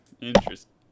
Interesting